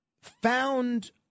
found